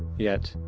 yet,